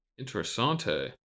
Interessante